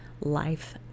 life